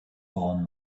fallen